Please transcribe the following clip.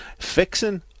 Fixing